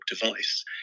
device